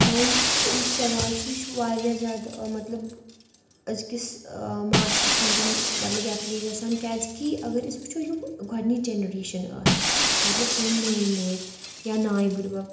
اَوا یُس یہِ سوال چھُ یہِ چھُ واریاہ زیادٕ مطلب أزۍکِس معاشرَس منٛز مطلب اٮ۪پلٕے گژھان کیٛازِکہِ اگر أسۍ وٕچھو یِم گۄڈٕنِچ جَنریشَن ٲس مطلب سٲنۍ مٲلۍ مٲجۍ یا نانۍ بٕڈبَب